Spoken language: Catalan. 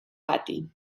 pati